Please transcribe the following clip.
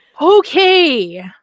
okay